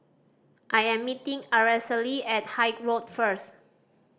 I am meeting Aracely at Haig Road first